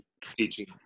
teaching